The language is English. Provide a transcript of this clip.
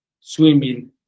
swimming